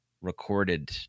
recorded